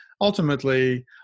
ultimately